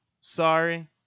sorry